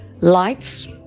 lights